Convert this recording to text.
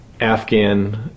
Afghan